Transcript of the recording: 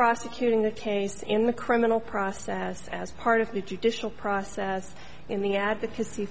prosecuting the case in the criminal process as part of the judicial process in the advocacy